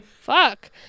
fuck